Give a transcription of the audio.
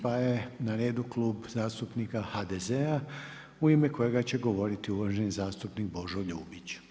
Pa je na redu Klub zastupnika HDZ-a u ime kojega će govoriti uvaženi zastupnik Božo Ljubić.